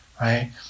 right